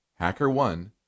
Hackerone